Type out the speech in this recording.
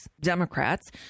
Democrats